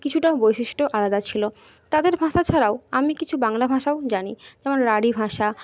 কিছুটা বৈশিষ্ট্য আলাদা ছিল তাদের ভাষা ছাড়াও আমি কিছু বাংলা ভাষাও জানি যেমন রাঢ়ী ভাষা